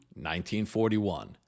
1941